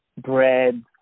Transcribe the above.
bread